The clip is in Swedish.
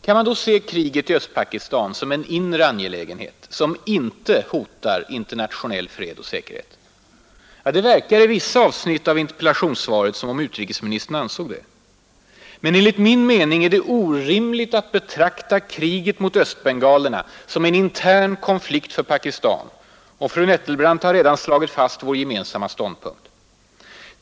Kan man då se kriget i Östpakistan som en ”inre angelägenhet” som inte Hotar internationell fred och säkerhet? Det verkar i vissa avsnitt av interpellationssvaret som om utrikesministern ansåg det. Men enligt min mening är det orimligt att betrakta kriget mot östbengalerna som en intern konflikt för Pakistan — och fru Nettelbrandt har slagit fast vår gemensamma ståndpunkt.